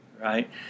right